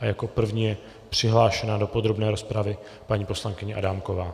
Jako první je přihlášena do podrobné rozpravy paní poslankyně Adámková.